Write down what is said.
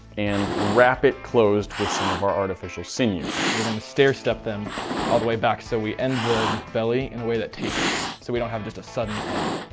and wrap it closed with some of our artificial sinew. we're going to stair-step them all the way back, so we end the belly in a way that tapers so we don't have this a sudden end.